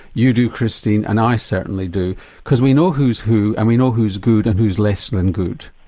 you do christine and i certainly do because we know who's who and we know who's good and who's less than good.